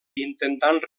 intentant